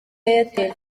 airtel